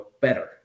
better